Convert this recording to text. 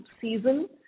season